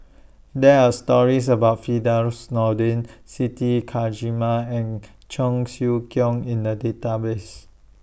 There Are stories about Firdaus Nordin Siti Khalijah and Cheong Siew Keong in The Database